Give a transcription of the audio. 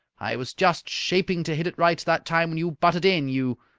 i was just shaping to hit it right that time when you butted in, you